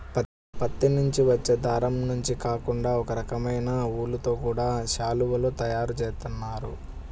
పత్తి నుంచి వచ్చే దారం నుంచే కాకుండా ఒకరకమైన ఊలుతో గూడా శాలువాలు తయారు జేత్తన్నారు